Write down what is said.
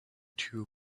two